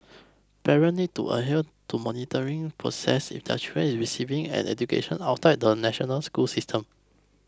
parents need to adhere to monitoring processes if their child is receiving an education outside the national school system